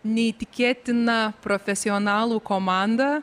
neįtikėtina profesionalų komanda